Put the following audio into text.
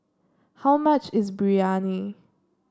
how much is Biryani